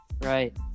Right